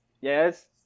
Yes